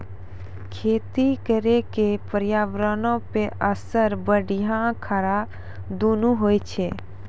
खेती करे के पर्यावरणो पे असर बढ़िया खराब दुनू होय छै